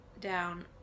down